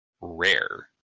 rare